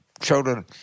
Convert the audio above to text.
children